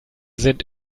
sind